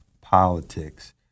politics